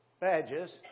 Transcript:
badges